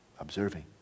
observing